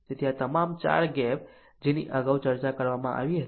તેથી તમામ 4 ગેપ જેની અગાઉ ચર્ચા કરવામાં આવી હતી